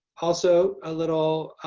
also, a little